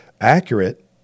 accurate